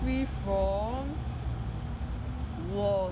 free from wars